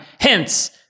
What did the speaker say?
hence